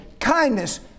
kindness